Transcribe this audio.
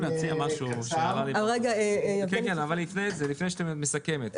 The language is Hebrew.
לפני שאת מסכמת,